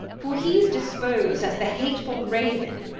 for hee's disposed as the hatefull rauen.